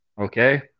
okay